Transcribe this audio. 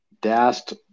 Dast